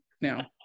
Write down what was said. now